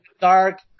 dark